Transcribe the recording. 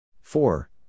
Four